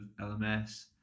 lms